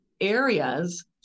areas